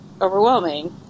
overwhelming